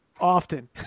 often